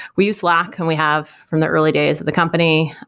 we use slack and we have from the early days of the company,